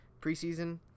Preseason